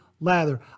lather